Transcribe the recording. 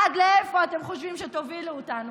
עד איפה אתם חושבים שתובילו אותנו?